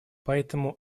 поэтому